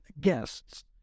guests